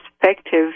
perspective